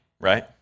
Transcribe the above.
right